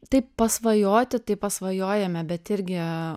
taip pasvajoti tai pasvajojame bet irgi